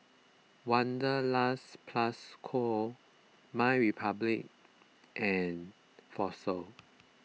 Wanderlust Plus Co MyRepublic and Fossil